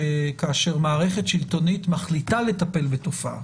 שכאשר מערכת שלטונית מחליטה לטפל בתופעה